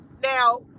Now